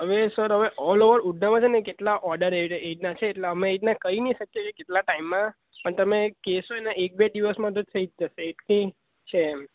હવે સર હવે all over ઉધનામાં છે ને કેટલા ઓડર એવી રીતના એવી રીતના છે એટલે અમે એવી રીતના કહી નહીં શકીએ કે કેટલા ટાઈમમાં પણ તમે કહેશો એના એક બે દિવસમાં તો થઈ જ જશે છે એમ